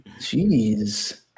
jeez